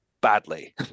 badly